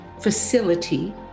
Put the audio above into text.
facility